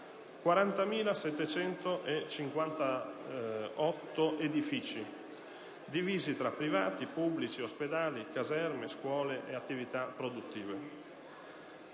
40.758 edifici, divisi tra privati, pubblici, ospedali, scuole, caserme e attività produttive